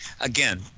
Again